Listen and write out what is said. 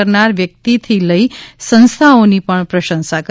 કરનારા વ્યક્તિથી લઇ સંસ્થાઓની પ્રશંસા કરી